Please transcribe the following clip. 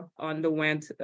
underwent